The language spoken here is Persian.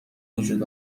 بوجود